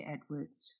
Edwards